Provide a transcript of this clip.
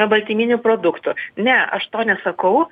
baltyminių produktų ne aš to nesakau